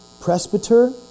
presbyter